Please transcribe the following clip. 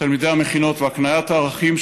תלמידי המכינות והקניית הערכים,